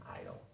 idol